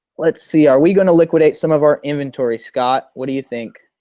let's see, are we going to liquidate some of our inventory? scott, what do you think?